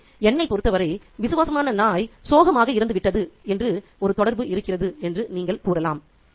எனவே என்னைப் பொறுத்தவரை விசுவாசமான நாய் சோகமாக இறந்துவிட்டது என்று ஒரு தொடர்பு இருக்கிறது என்று நீங்கள் கூறலாம்